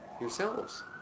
yourselves